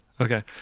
okay